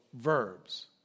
verbs